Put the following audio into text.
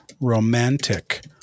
romantic